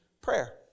prayer